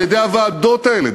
על-ידי הוועדות האלה.